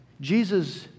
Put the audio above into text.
Jesus